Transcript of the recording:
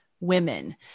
women